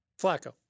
Flacco